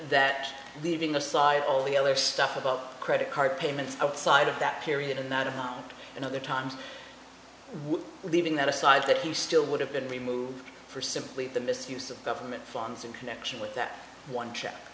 that leaving aside all the other stuff about credit card payments outside of that period and other times leaving that aside that he still would have been removed for simply the misuse of government funds in connection with that one check